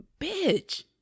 bitch